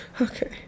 okay